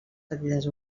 petites